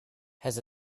has